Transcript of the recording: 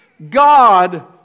God